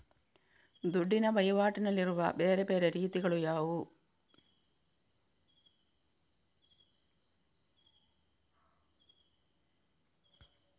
ದುಡ್ಡಿನ ವಹಿವಾಟಿನಲ್ಲಿರುವ ಬೇರೆ ಬೇರೆ ರೀತಿಗಳು ಯಾವುದು?